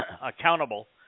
accountable